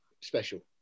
special